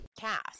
Cast